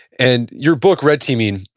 and your book, red teaming,